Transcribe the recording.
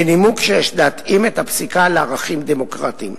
בנימוק שיש להתאים את הפסיקה לערכים דמוקרטיים.